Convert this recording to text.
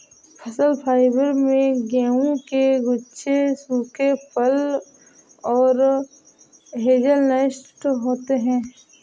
फल फाइबर में गेहूं के गुच्छे सूखे फल और हेज़लनट्स होते हैं